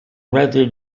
rather